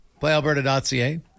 PlayAlberta.ca